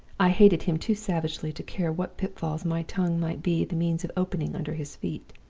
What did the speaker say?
i hated him too savagely to care what pitfalls my tongue might be the means of opening under his feet.